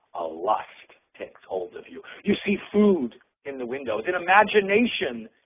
a lust takes hold of you. you see food in the windows. in imagination,